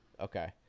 Okay